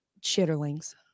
chitterlings